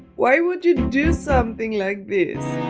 why would you do something like this?